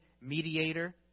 mediator